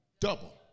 double